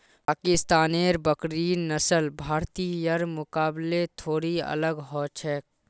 पाकिस्तानेर बकरिर नस्ल भारतीयर मुकाबले थोड़ी अलग ह छेक